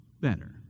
better